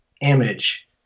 image